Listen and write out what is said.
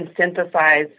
synthesize